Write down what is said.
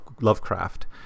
lovecraft